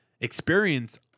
experience